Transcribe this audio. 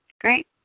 Great